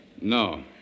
No